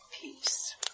peace